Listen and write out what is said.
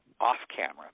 off-camera